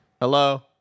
hello